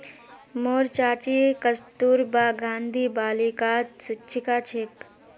मोर चाची कस्तूरबा गांधी बालिकात शिक्षिका छेक